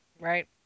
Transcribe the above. Right